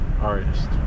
artist